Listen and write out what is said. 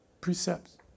precepts